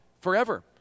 forever